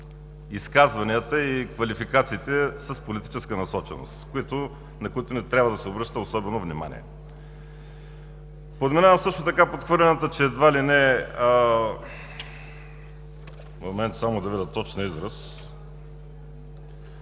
изказванията и квалификациите с политическа насоченост, на които не трябва да се обръща особено внимание. Подминавам също така подхвърлянето, че едва ли не – момент да видя точния израз